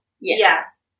Yes